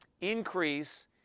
increase